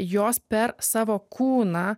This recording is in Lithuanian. jos per savo kūną